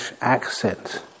accent